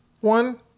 one